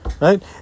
right